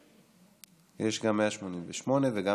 יש לה 188 ו-196.